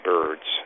Birds